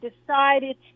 decided